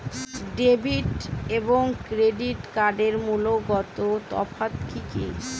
Debit এবং credit কার্ডের মূলগত তফাত কি কী?